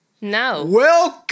No